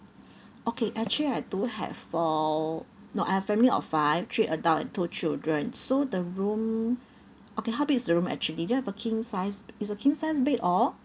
okay actually I do have uh no I've a family of five three adults and two children so the room okay how big is the room actually do you have a king size it's a king size bed or